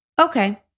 okay